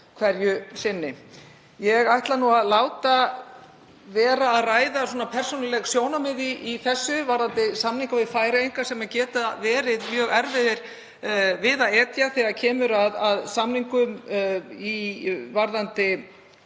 hverju sinni. Ég ætla að láta vera að ræða persónuleg sjónarmið í þessu varðandi samninga við Færeyinga sem geta verið mjög erfiðir við að etja þegar kemur að samningum um veiðar,